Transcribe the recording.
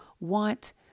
want